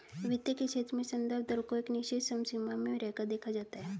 वित्त के क्षेत्र में संदर्भ दर को एक निश्चित समसीमा में रहकर देखा जाता है